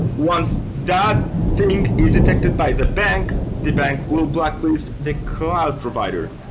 once that thing is detected by the bank, the bank will blacklist the cloud provider.